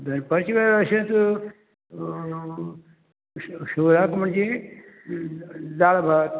दनपारच्या वेळार अशेंच शिवराक म्हणजे दाळ भात